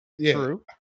True